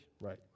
right